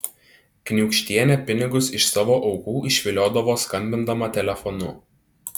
kniūkštienė pinigus iš savo aukų išviliodavo skambindama telefonu